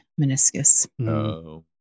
meniscus